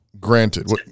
granted